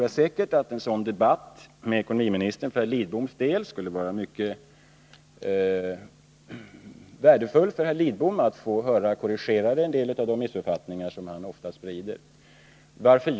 Jag tror att en sådan debatt med ekonomiministern skulle vara mycket värdefull för herr Lidbom — en del av de missuppfattningar som han ofta sprider skulle korrigeras.